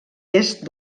est